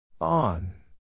On